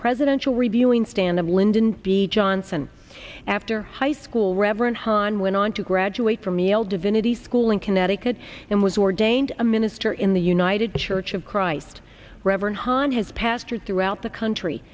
presidential reviewing stand of lyndon b johnson after high school reverend hahn went on to graduate from yale divinity school in connecticut and was ordained a minister in the united church of christ reverend hahn has pastor throughout the country